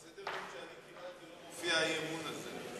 בסדר-היום שאני קיבלתי לא מופיע האי-אמון הזה.